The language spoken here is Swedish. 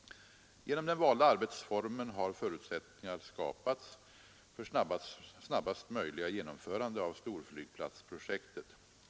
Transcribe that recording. Genom den valda arbetsformen har förutsättningar skapats för snabbaste möjliga genomförande av storflygplatsprojektet.